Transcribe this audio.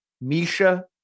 Misha